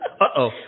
Uh-oh